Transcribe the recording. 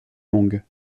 longue